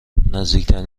نزدیکترین